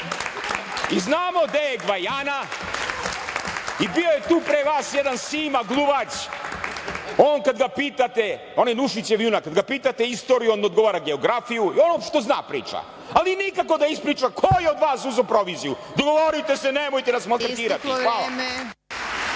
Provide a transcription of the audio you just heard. Znamo gde je Gvajana. Bio je tu pre vas jedan Sima gluvać, on kada ga pitate, onaj Nušićev junak, kada ga pitate istoriju, ono što zna priča, ali nikako da ispriča ko je od vas uzeo proviziju. Dogovorite se, nemojte nas maltretirati. Hvala.